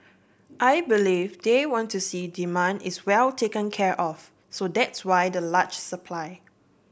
I believe they want to see demand is well taken care of so that's why the large supply